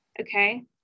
Okay